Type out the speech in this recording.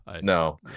No